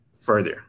further